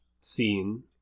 scene